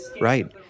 right